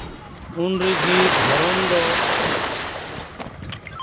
ᱩᱱ ᱨᱮᱜᱮ ᱫᱷᱚᱨᱚᱢ ᱫᱚ